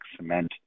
cement